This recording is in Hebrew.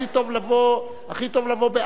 הכי טוב לבוא ב-16:00,